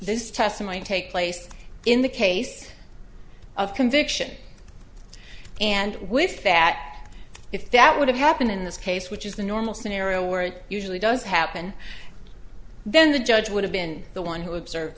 this testimony take place in the case of conviction and with that if that would have happened in this case which is the normal scenario where it usually does happen then the judge would have been the one who observed